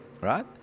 right